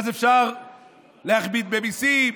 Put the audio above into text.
ואפשר להכביד במיסים,